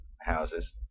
houses